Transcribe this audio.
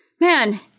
man